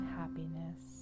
happiness